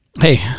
hey